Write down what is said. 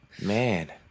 Man